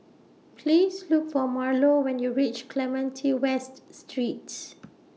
Please Look For Marlo when YOU REACH Clementi West Streets